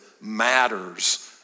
matters